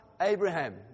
Abraham